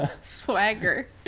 swagger